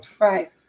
right